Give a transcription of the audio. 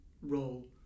role